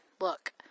Look